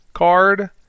card